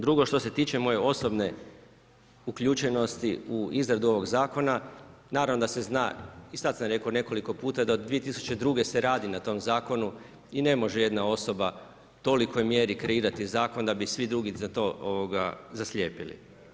Drugo, što se tiče moje osobne uključenosti u izradu ovog Zakona, naravno da se zna, i sad sam rekao nekoliko puta da od 2002. se radi na tom Zakonu i ne može jedna osoba u tolikoj mjeri kreirati zakon da bi svi drugi za to zaslijepili.